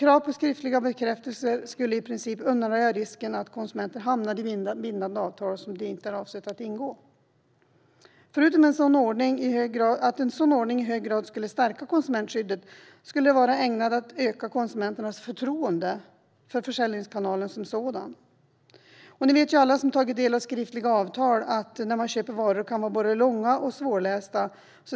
Krav på skriftlig bekräftelse skulle i princip undanröja risken för att konsumenter hamnar i bindande avtal som de inte har avsett att ingå. Förutom att en sådan ordning skulle stärka konsumentskyddet i hög grad skulle det öka konsumenternas förtroende för försäljningskanalen som sådan. Alla som har tagit del av skriftliga avtal när man köper varor vet att de kan vara både långa och svårlästa.